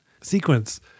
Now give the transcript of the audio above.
sequence